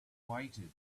waited